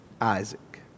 Isaac